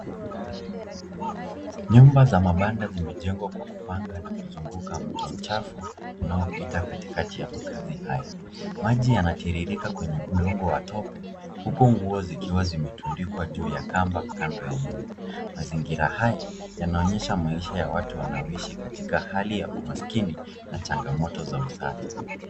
Nyumba za mabanda zimejengwa kwa kupanga na kuzunguka mto mchafu unaopita katikati ya makazi haya. Maji yanatirrika kwenye udongo wa tope huku nguo zikiwa zimetundikwa juu ya kamba kando ya nyumba. Mazingira haya yanaonyesha maisha ya watu wanaoishi katika hali ya umaskini na changamoto za usafi.